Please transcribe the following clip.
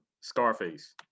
Scarface